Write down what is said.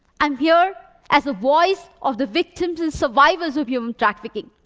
i'm here as a voice of the victims and survivors of human trafficking.